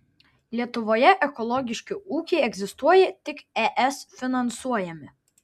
lietuvoje ekologiški ūkiai egzistuoja tik es finansuojami